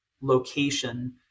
location